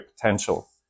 potential